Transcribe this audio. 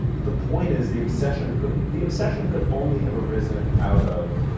the point is the obsession could the obsession could only have arisen out of.